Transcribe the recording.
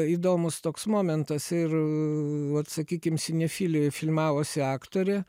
įdomus toks momentas ir vat sakykim sinefilijoj filmavosi aktorė